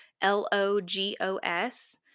L-O-G-O-S